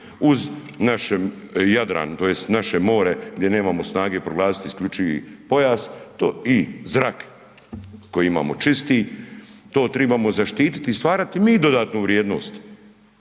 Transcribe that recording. uz naš Jadran tj. naše more gdje nemamo snage proglasiti isključivi pojas i zrak koji imamo čisti, to trebamo zaštititi i stvarati mi dodatnu vrijednost